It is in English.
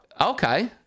Okay